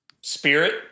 Spirit